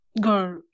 Girl